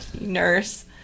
nurse